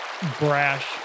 brash